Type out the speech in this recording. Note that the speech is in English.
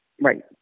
Right